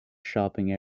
shopping